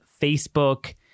Facebook